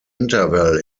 interval